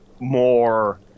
more